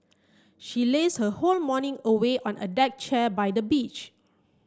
she lazed her whole morning away on a deck chair by the beach